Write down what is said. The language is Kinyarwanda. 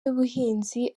y’ubuhinzi